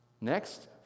Next